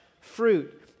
fruit